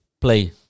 play